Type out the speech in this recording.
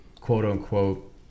quote-unquote